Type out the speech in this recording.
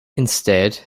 instead